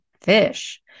fish